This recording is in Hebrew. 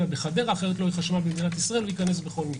בחדרה אחרת לא יהיה חשמל במדינת ישראל הוא ייכנס בכל מקרה.